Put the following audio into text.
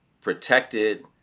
protected